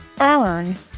earn